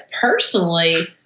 personally